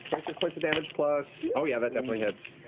twenty six points of damage plus oh yeah, that definitely hits.